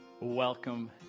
Welcome